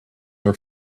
are